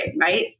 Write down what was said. right